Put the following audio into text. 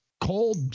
cold